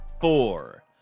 four